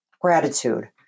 gratitude